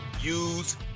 use